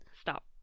stop